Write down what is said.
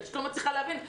אני פשוט לא מצליחה להבין.